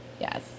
yes